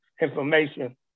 information